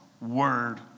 word